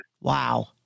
Wow